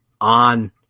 on